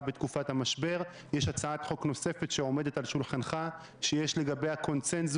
עוד לא הצבעתם הצבעה של ממש